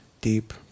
deep